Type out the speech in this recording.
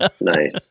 Nice